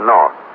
North